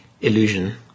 illusion